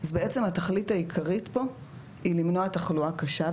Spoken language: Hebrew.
אז בעצם התכלית העיקרית פה היא למנוע תחלואה קשה,